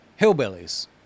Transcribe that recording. hillbillies